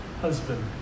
husband